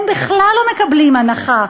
הם בכלל לא מקבלים הנחה.